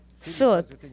Philip